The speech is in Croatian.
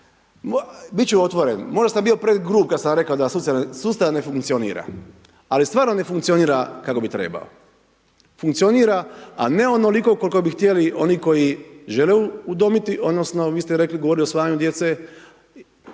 ću otvoren, možda sam bio pregrub kada sam rekao da sustav ne funkcionira. Ali stvarno ne funkcionira kako bi trebao. Funkcionira, a ne onoliko koliko bi htjeli oni koji žele udomiti odnosno vi ste rekli, govorili o usvajanju djece